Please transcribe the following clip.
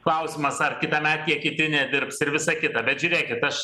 klausimas ar kitąmet tie kiti nedirbs ir visa kita bet žiūrėkit aš